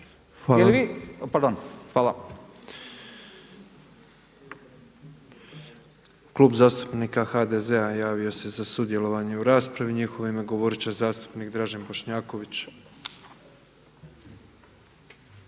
Hvala. Klub zastupnika HDZ-a javio se za sudjelovanje u raspravi i u njihovo ime govorit će zastupnik Dražen Bošnjaković.